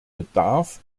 bedarf